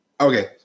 Okay